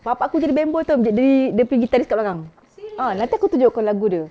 bapa aku jadi member tahu di~ di~ dia punya guitarist dekat belakang ah nanti aku tunjukkan lagu dia